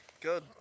Good